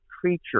creature